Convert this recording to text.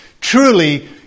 Truly